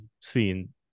seen